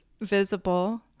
visible